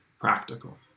practical